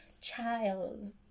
child